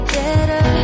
better